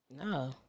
No